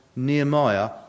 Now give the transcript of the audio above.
Nehemiah